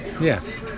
Yes